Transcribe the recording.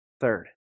third